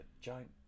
giant